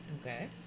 Okay